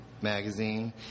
magazine